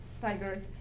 Tigers